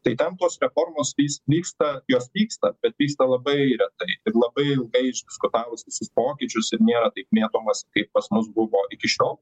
tai ten tos reformos jis nyksta jos pyksta bet pyksta labai retai ir labai ilgai išdiskutavus visus pokyčius ir nėra taip mėtomas kaip pas mus buvo iki šiol